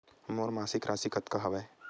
मोर मासिक राशि कतका हवय?